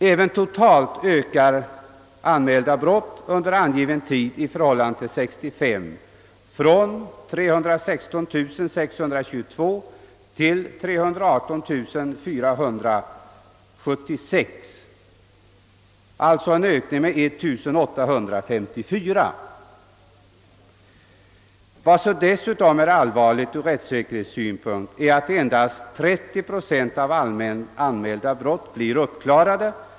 Även totalt ökade antalet anmälda brott under angivna tid i förhållande till 1965, nämligen från 316 622 till 318 476, alltså en ökning med 1 854, Vad som dessutom är allvarligt ur rättssäkerhetssynpunkt är att endast cirka 30 procent av alla anmälda brott blir uppklarade.